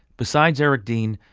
besides eric dean,